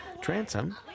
transom